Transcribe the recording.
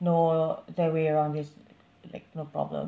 know their way around this like no problem